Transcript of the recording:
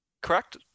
Correct